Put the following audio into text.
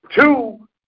Two